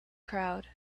crowd